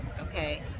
okay